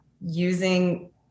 using